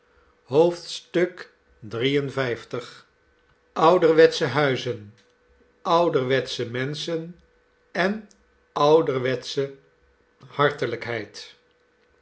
ouderwetsche huizen ouderwetsche menschen en ouderwetsche